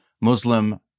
Muslim